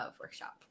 workshop